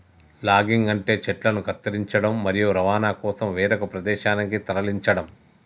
logging అంటే చెట్లను కత్తిరించడం, మరియు రవాణా కోసం వేరొక ప్రదేశానికి తరలించడం